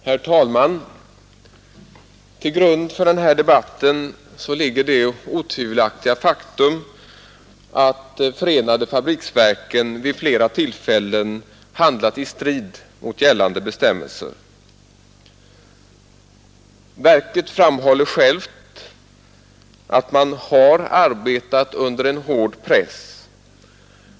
Herr talman! Till grund för den här debatten ligger det otvivelaktiga faktum att förenade fabriksverken vid flera tillfällen handlat i strid mot gällande bestämmelser. Verksledningen framhåller själv att man har arbetat under en hård press.